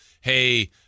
hey